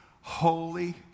holy